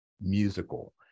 musical